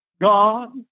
God